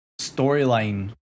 storyline